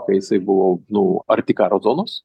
kai jisai buvo nu arti karo zonos